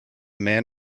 man